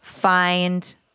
Find